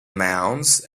nouns